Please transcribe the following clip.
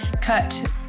cut